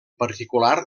particular